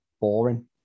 Boring